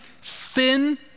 sin